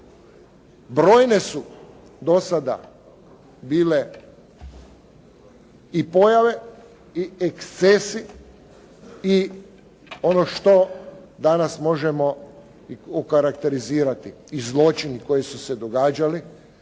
Brojne su do sada bile i pojave i ekscesi i ono što danas možemo okarakterizirati i zločini koji su se događali.